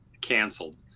canceled